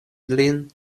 lin